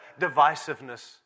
divisiveness